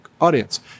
audience